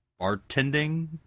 bartending